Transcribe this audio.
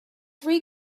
three